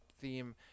theme